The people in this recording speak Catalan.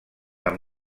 amb